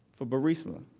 for burisma,